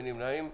אין נמנעים.